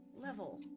level